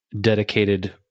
dedicated